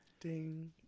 Ding